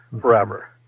forever